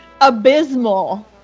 Abysmal